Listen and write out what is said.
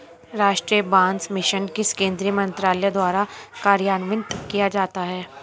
राष्ट्रीय बांस मिशन किस केंद्रीय मंत्रालय द्वारा कार्यान्वित किया जाता है?